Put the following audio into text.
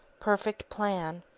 perfect plan,